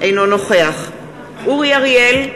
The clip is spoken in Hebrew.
אינו נוכח אורי אריאל,